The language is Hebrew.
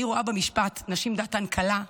אני רואה במשפט "נשים דעתן קלה"